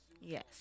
Yes